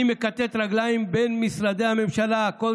אני מכתת רגליים בין משרדי הממשלה" את כל